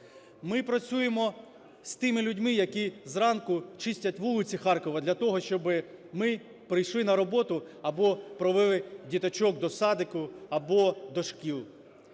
Ми працюємо з тими людьми, які зранку чистять вулиці Харкова для того, щоби ми прийшли на роботу або провели діточок до садочка, або до шкіл.